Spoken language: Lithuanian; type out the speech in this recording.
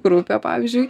grupę pavyzdžiui